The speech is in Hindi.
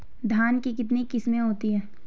धान की कितनी किस्में होती हैं?